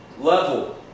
level